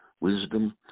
wisdom